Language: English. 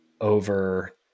over